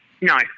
No